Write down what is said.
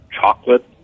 chocolate